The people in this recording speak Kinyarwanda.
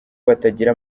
batagira